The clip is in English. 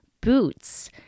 Boots